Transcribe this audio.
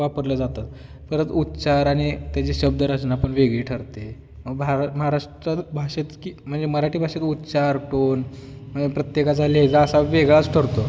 वापरल्या जातात तरच उच्चार आणि त्याचे शब्दरचना आपण वेगळी ठरते भार महाराष्ट्रात भाषेत की म्हणजे मराठी भाषेत उच्चार टोन म्हणजे प्रत्येकाचा लेगा असा वेगळाच ठरतो